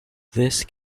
this